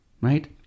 Right